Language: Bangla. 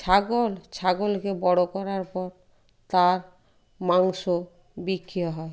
ছাগল ছাগলকে বড়ো করার পর তার মাংস বিক্রিও হয়